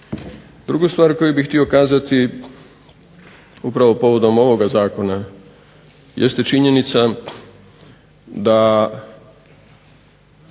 Drugu stvar koju bih htio kazati upravo povodom ovoga zakona jeste činjenica da